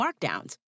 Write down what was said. markdowns